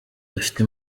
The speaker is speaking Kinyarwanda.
dufite